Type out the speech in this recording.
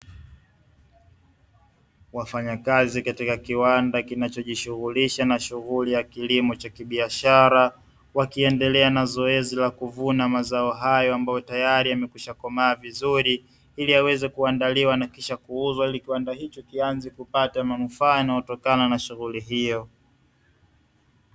Wanyakazi katika kiwanda kinachojishughulisha na shughuli ya kilimo cha kibiashara, wakiendelea na zoezi la kuvuna mazao hayo ambayo tayari yamekwishakomaa vizuri, ili yaweze kuandaliwa na kisha kuuzwa, ili kiwanda hicho kianze kupata manufaa yanayotokana na shughuli hiyo.